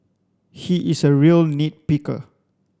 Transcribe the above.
he is a real nit picker